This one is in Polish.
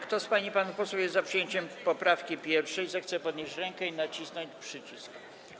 Kto z pań i panów posłów jest za przyjęciem poprawki 1., zechce podnieść rękę i nacisnąć przycisk.